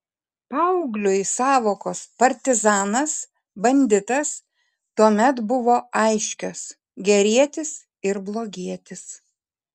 paaugliui sąvokos partizanas banditas tuomet buvo aiškios gerietis ir blogietis